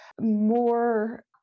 more